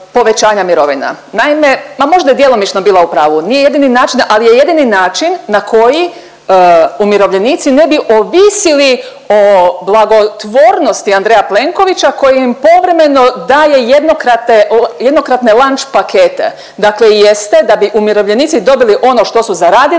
povećanja mirovina. Naime, ma možda je djelomično bila u pravu, nije jedini način, ali je jedini način na koji umirovljenici ne bi ovisili o blagotvornosti Andreja Plenkovića koji im povremeno daje jednokrate… jednokratne lanč pakete. Dakle, jeste da bi umirovljenici dobiti ono što su radili,